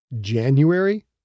January